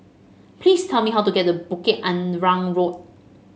please tell me how to get to Bukit Arang Road